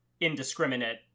indiscriminate